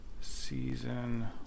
season